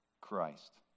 Christ